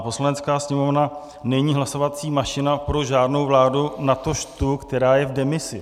Poslanecká sněmovna není hlasovací mašina pro žádnou vládu, natož tu, která je v demisi.